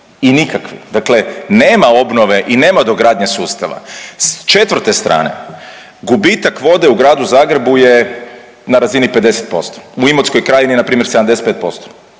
i nikakve. Dakle, nema obnove i nema dogradnje sustava. S četvrte strane gubitak vode u gradu Zagrebu je na razini 50% u Imotskoj krajini npr. 75%,